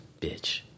bitch